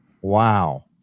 Wow